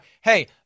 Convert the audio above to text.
Hey